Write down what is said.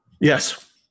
Yes